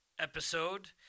episode